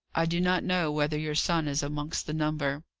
i do not know whether your son is amongst the number.